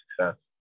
success